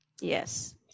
Yes